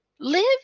live